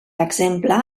exemple